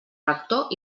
rector